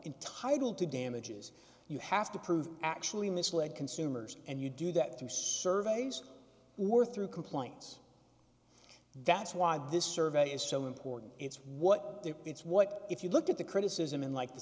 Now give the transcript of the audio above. entitled to damages you have to prove actually misled consumers and you do that through surveys or through complaints that's why this survey is so important it's what it's what if you look at the criticism in like the